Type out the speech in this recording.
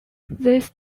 this